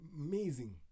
amazing